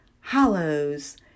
hollows